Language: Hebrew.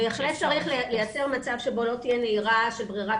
בהחלט צריך לייצר מצב שבו לא תהיה נהירה של ברירת